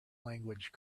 language